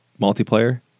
multiplayer